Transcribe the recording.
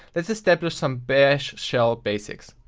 let's establish some bash shell basics.